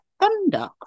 thunder